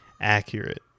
accurate